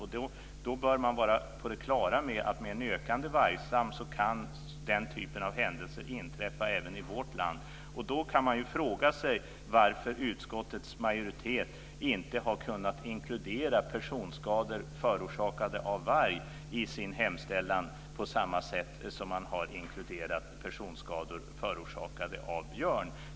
Man bör vara på det klara med att med en ökande vargstam kan den typen av händelser inträffa även i vårt land. Då kan man fråga sig varför utskottets majoritet inte har kunnat inkludera personskador förorsakade av varg i sin hemställan, på samma sätt som man har inkluderat personskador förorsakade av björn.